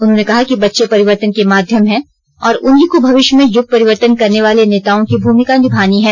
उन्होंने कहा कि बच्चे परिवर्तन के माध्यम हैं और उन्हीं को भविष्य में यूग परिवर्तन करने वाले नेताओं की भूमिका निभानी है